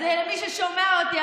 אז מי ששומע אותי,